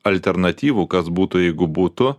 alternatyvų kas būtų jeigu būtų